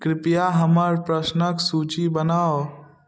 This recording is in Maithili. कृपया हमर प्रश्नक सूची बनाउ